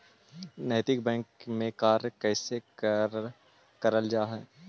नैतिक बैंक में कार्य कैसे करल जा हई